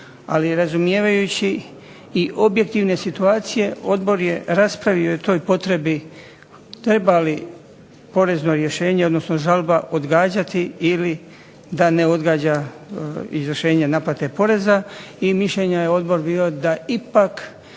ali razumijevajući i objektivne situacije odbor je raspravio o toj potrebi treba li porezno rješenje odnosno žalba odgađati ili da ne odgađa izvršenje naplate poreza. I mišljenja je odbor bio da ipak